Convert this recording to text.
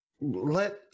let